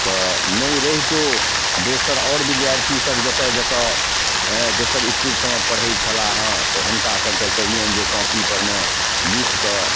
तऽ नहि रहितो दोसर आओर विधार्थीसभ जतऽ जतऽ अँ दोसर इसकूुलसबमे पढ़ै छलाहेँ तऽ हुनका सभके कहिअनि जे कॉपीपरमे लिखिकऽ